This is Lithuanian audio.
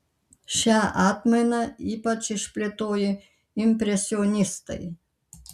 šią atmainą ypač išplėtojo impresionistai